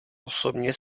osobně